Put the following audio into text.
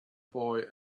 boy